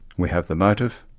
we have the motive.